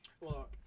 look